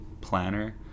planner